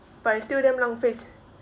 but it's still damn 浪费钱